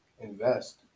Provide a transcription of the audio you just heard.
invest